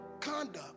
conduct